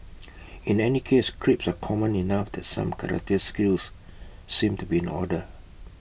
in any case creeps are common enough that some karate skills seem to be in order